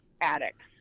addicts